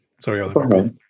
Sorry